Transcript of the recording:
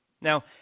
Now